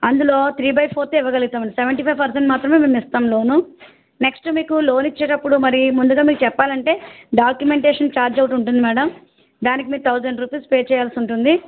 అందులో three by fourth ఇవ్వగలుగుతామండి seventy five percent మాత్రమే మేము ఇస్తాము లోను నెక్స్ట్ మీకు లోన్ ఇచ్చేటప్పుడు మరి ముందుగా మీకు చెప్పాలంటే డాక్యుమెంటేషన్ చార్జ్ ఒకటి ఉంటుంది మేడం దానికి మీరు థౌజండ్ రూపీస్ పే చేయాల్సి ఉంటుంది